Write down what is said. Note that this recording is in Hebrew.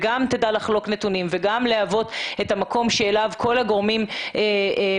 גם תדע לחלוק נתונים וגם להוות את המקום שאליו כל הגורמים מזינים